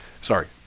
sorry